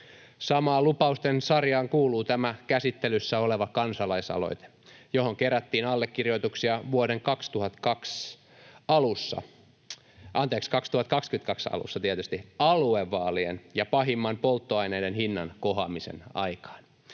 Samaan lupausten sarjaan kuuluu tämä käsittelyssä oleva kansalaisaloite, johon kerättiin allekirjoituksia vuoden 2022 alussa aluevaalien ja pahimman polttoaineiden hinnan kohoamisen aikaan.